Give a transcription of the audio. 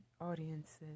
audiences